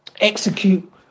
execute